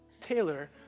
Taylor